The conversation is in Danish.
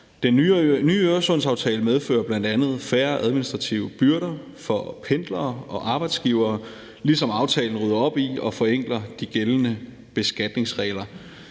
Den nye Øresundsaftale medfører bl.a. færre administrative byrder for pendlere og arbejdsgivere, ligesom aftalen rydder op i og forenkler de gældende beskatningsregler.